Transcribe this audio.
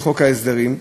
ההסדרים,